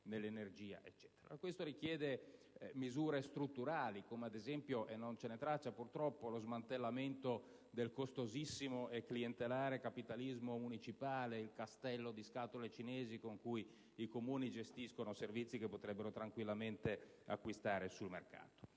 ciò richiede misure strutturali, come ad esempio - e non ce n'è traccia, purtroppo - lo smantellamento del costosissimo e clientelare capitalismo municipale, ossia il castello di scatole cinesi con cui i Comuni gestiscono servizi che potrebbero tranquillamente acquistare sul mercato.